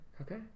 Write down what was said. Okay